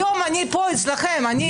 היום אני אצלכם פה.